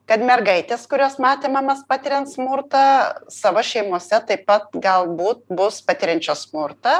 kad mergaitės kurios matė mamas patiriant smurtą savo šeimose taip pat galbūt bus patiriančios smurtą